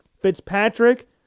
Fitzpatrick